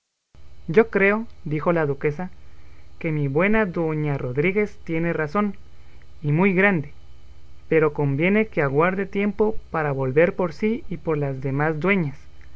yo creo dijo la duquesa que mi buena doña rodríguez tiene razón y muy grande pero conviene que aguarde tiempo para volver por sí y por las demás dueñas